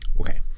Okay